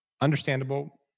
understandable